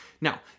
Now